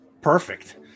Perfect